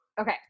Okay